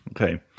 Okay